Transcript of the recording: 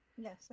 Yes